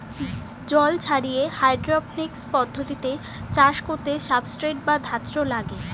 জল ছাড়িয়ে হাইড্রোপনিক্স পদ্ধতিতে চাষ করতে সাবস্ট্রেট বা ধাত্র লাগে